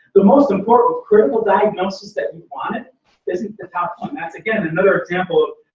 the most important critical diagnosis that you wanted isn't the top one. that's, again, another example of.